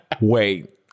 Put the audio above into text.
wait